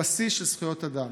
הבסיס של זכויות אדם.